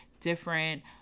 different